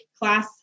class